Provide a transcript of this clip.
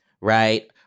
right